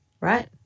right